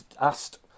asked